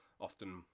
often